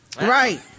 right